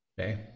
Okay